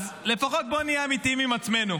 אז לפחות בואו נהיה אמיתיים עם עצמנו: